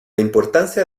importancia